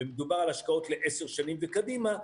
ומדובר על השקעות לעשר שנים וקדימה,